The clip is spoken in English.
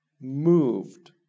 moved